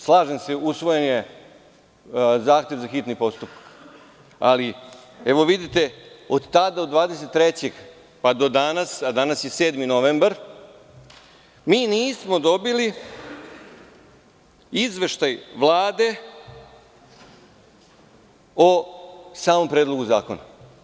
Slažem se, usvojen je zahtev za hitni postupak, ali vidite, od 23. oktobra, do danas 7. novembra nismo dobili izveštaj Vlade o samom Predlogu zakona.